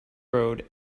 road